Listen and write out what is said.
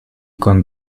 con